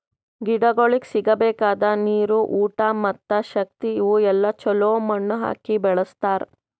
ಗಿಡಗೊಳಿಗ್ ಸಿಗಬೇಕಾದ ನೀರು, ಊಟ ಮತ್ತ ಶಕ್ತಿ ಇವು ಎಲ್ಲಾ ಛಲೋ ಮಣ್ಣು ಹಾಕಿ ಬೆಳಸ್ತಾರ್